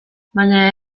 baina